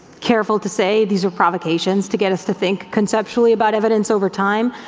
careful to say, these are provocations to get us to think conceptually about evidence over time.